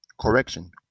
correction